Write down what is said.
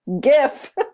gif